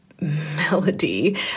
melody